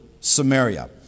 Samaria